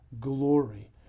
glory